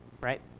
right